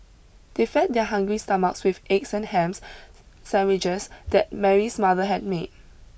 they fed their hungry stomachs with the egg and hams sandwiches that Mary's mother had made